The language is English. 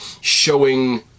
showing